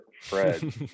Fred